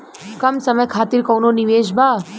कम समय खातिर कौनो निवेश बा?